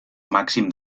màxim